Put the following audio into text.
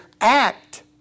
Act